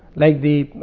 like the